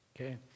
okay